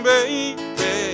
Baby